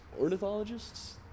Ornithologists